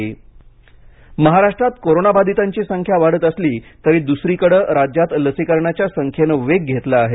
महाराष्ट्र लसीकरण इंट्रो महाराष्ट्रात कोरोनाबाधितांची संख्या वाढत असली तरी दुसरीकडे राज्यात लसीकरणाच्या संख्येनं वेग घेतला आहे